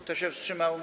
Kto się wstrzymał?